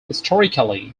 historically